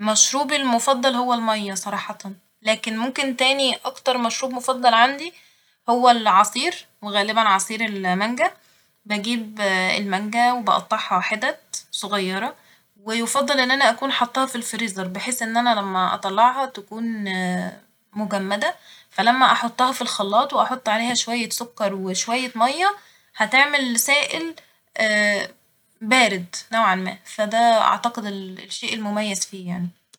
مشروبي المفضل هو المية صراحة ، لكن ممكن تاني أكتر مشروب مفضل عندي هو العصير ، وغالبا عصير ال- مانجه ، بجيب المانجه وبقطعها حتت صغيرة ، ويفضل إن أنا أكون حطاها في الفريزر بحيث إن أنا لما أطلعها تكون مجمدة فلما أحطها في الخلاط وأحط عليها شوية سكر وشوية مية هتعمل سائل بارد نوعا ما فده أعتقد ال- الشئ المميز فيه يعني